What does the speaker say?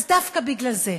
אז דווקא בגלל זה,